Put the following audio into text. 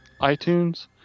iTunes